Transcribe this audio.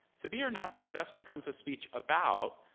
to be or not to be thus becomes a speech about,